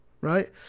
right